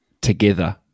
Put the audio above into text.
together